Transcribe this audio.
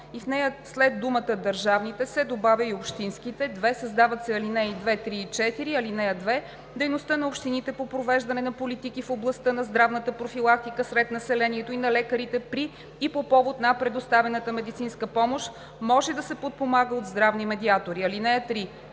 и в нея след думата „Държавните“ се добавя „и общинските“. 2. Създават се ал. 2, 3 и 4: „(2) Дейността на общините по провеждане на политики в областта на здравната профилактика сред населението и на лекарите при и по повод на предоставяната медицинска помощ може да се подпомага от здравни медиатори. (3)